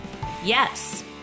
yes